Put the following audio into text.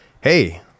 hey